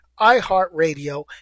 iHeartRadio